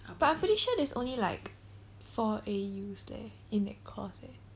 but I'm pretty sure there's only like four A_Us leh in that course eh